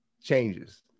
changes